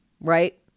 right